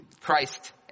Christ